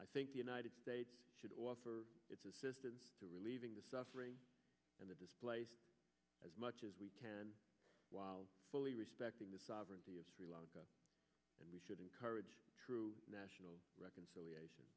i think the united states should offer its assistance to relieving the suffering and the displaced as much as we can while fully respecting the sovereignty of sri lanka and we should encourage true national reconciliation